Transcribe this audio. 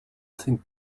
think